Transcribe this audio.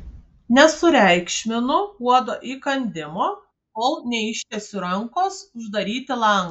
nesureikšminu uodo įkandimo kol neištiesiu rankos uždaryti lango